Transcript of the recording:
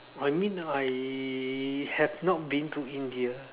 I mean I have not been to India